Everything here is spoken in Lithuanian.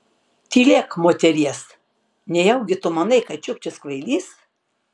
tylėk moteries nejaugi tu manai kad čiukčis kvailys